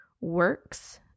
works